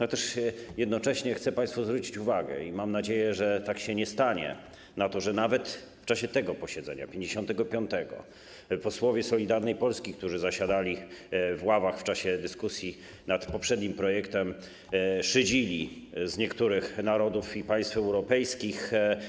Jednocześnie chcę też państwu zwrócić uwagę - mam nadzieję, że tak się nie stanie - na to, że nawet w czasie tego posiedzenia, 55. posiedzenia posłowie Solidarnej Polski, którzy zasiadali w ławach w czasie dyskusji nad poprzednim projektem, szydzili z niektórych narodów i państw europejskich.